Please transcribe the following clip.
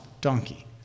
donkey